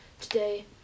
today